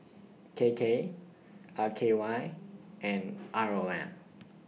K K R K Y and R O M